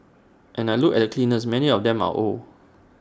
and I look at the cleaners many of them are old